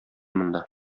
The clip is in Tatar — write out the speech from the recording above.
монда